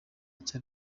cya